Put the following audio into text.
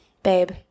babe